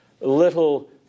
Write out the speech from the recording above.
little